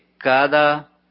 Cada